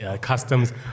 customs